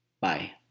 Bye